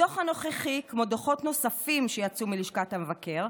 הדוח הנוכחי, כמו דוחות נוספים שיצאו מלשכת המבקר,